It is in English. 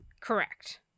Correct